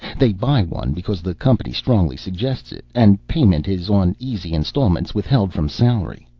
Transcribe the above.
they buy one because the company strongly suggests it and payment is on easy installments withheld from salary.